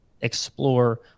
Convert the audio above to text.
explore